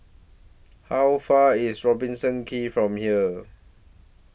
How Far IS Robertson Quay from here